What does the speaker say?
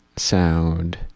sound